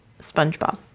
SpongeBob